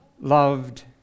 loved